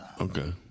Okay